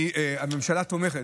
הממשלה תומכת.